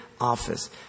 office